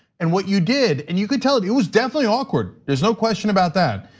and what you did, and you could tell it it was definitely awkward, there's no question about that.